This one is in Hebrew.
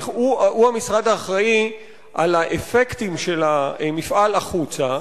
הוא המשרד האחראי לאפקטים של המפעל החוצה,